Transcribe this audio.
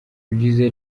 ibyiza